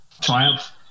Triumph